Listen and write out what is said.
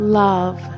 love